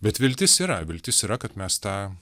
bet viltis yra viltis yra kad mes tą